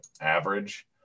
average